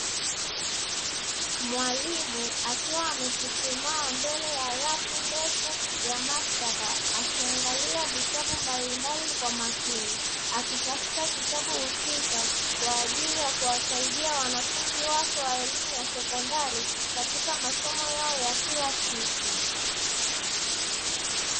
Mwalimu akiwa amechuchumaa mbele ya rafu ndefu ya maktaba akiangalia vitabu mbalimbali kwa makini, akitafuta kitabu husika kwa ajili ya kuwasaidia wanafunzi wake wa elimu ya sekondari katika masomo yao ya kila siku.